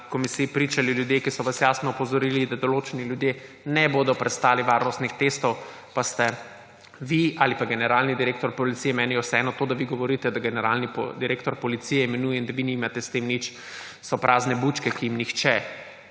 komisiji pričali ljudje, ki so vas jasno opozorili, da določeni ljudje ne bodo prestali varnostnih testov, pa ste vi ali pa generalni direktor Policije, meni je vseeno − to, da vi pravite, da generalni direktor Policije imenuje in da vi nimate s tem nič, so prazne bučke, ki jim nihče